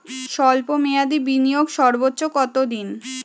স্বল্প মেয়াদি বিনিয়োগ সর্বোচ্চ কত দিন?